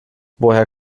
woher